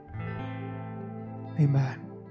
Amen